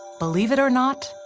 believe it or not,